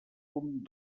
punt